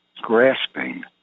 grasping